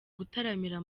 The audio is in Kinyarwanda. gutaramira